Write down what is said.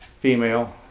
female